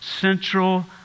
central